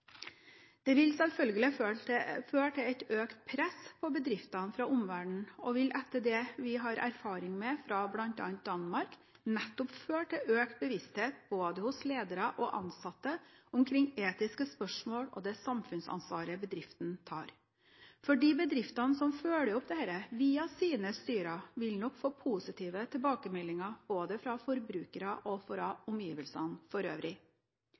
Det vil selvfølgelig føre til et økt press på bedriftene fra omverdenen, og vil etter det vi har erfaring med fra bl.a. Danmark, nettopp føre til økt bevissthet både hos ledere og ansatte omkring etiske spørsmål og det samfunnsansvaret bedriften tar. For de bedriftene som følger opp dette via sine styrer, vil nok få positive tilbakemeldinger både fra forbrukerne og fra omgivelsene for øvrig.